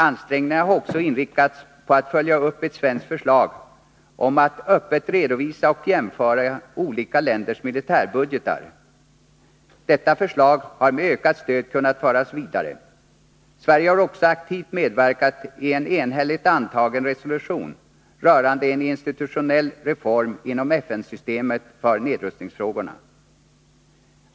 Ansträngningarna har också inriktats på att följa upp ett svenskt förslag om att öppet redovisa och jämföra olika länders militärbudgetar. Detta förslag har med ökat stöd kunnat föras vidare. Sverige har också aktivt medverkat i en enhälligt antagen resolution rörande en institutionell reform inom FN-systemet för nedrustningsfrågorna.